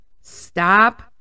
Stop